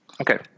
Okay